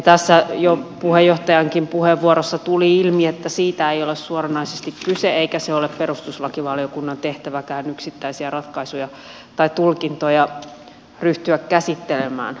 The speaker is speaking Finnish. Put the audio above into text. tässä jo puheenjohtajankin puheenvuorossa tuli ilmi että siitä ei ole suoranaisesti kyse eikä ole perustuslakivaliokunnan tehtäväkään yksittäisiä ratkaisua tai tulkintoja ryhtyä käsittelemään